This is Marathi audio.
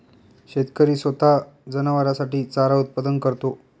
शेतकरी स्वतः जनावरांसाठी चारा उत्पादन करतो